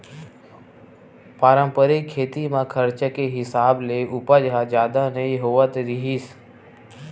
पारंपरिक खेती म खरचा के हिसाब ले उपज ह जादा नइ होवत रिहिस